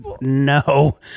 no